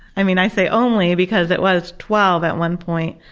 i mean, i say only because it was twelve at one point.